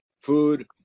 food